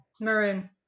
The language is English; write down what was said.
Maroon